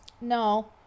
no